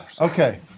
Okay